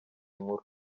nkuru